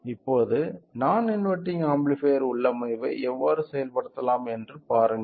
இப்போது நான் inverting amplifier உள்ளமைவை எவ்வாறு செயல்படுத்தலாம் என்று பாருங்கள்